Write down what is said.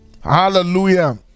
Hallelujah